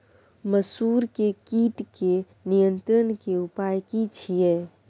मसूर के कीट के नियंत्रण के उपाय की छिये?